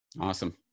Awesome